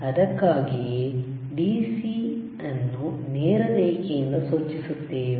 ಅದಕ್ಕಾಗಿಯೇ DC ಅನ್ನು ನೇರ ರೇಖೆಯಿಂದ ಸೂಚಿಸುತ್ತೇವೆ